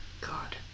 God